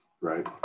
right